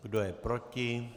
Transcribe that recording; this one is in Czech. Kdo je proti?